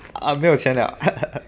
啊没有钱了